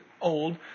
old